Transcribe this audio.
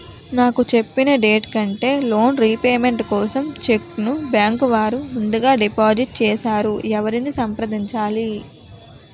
నాకు చెప్పిన డేట్ కంటే లోన్ రీపేమెంట్ కోసం చెక్ ను బ్యాంకు వారు ముందుగా డిపాజిట్ చేసారు ఎవరిని సంప్రదించాలి?